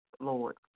Lord